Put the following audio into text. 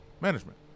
Management